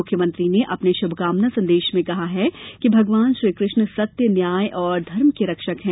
मुख्यमंत्री ने अपने शभकामना संदेश में कहा है कि भगवान श्रीकृष्ण सत्य न्याय और धर्म के रक्षक हैं